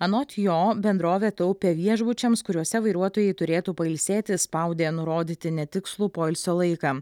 anot jo bendrovė taupė viešbučiams kuriuose vairuotojai turėtų pailsėti spaudė nurodyti netikslų poilsio laiką